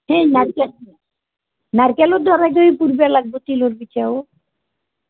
সেই নাৰিকল নাৰিকলৰ দৰে গৈ পুৰিব লাগিব তিলোৰ পিঠাও